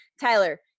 Tyler